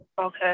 Okay